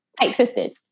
tight-fisted